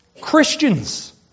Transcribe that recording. Christians